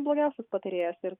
blogiausias patarėjas ir